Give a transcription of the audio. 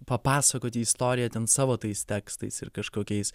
papasakoti istoriją ten savo tais tekstais ir kažkokiais